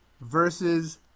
versus